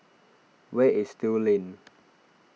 where is Still Lane